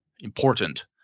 important